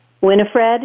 Winifred